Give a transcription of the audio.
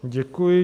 Děkuji.